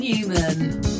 Newman